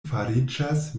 fariĝas